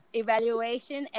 evaluation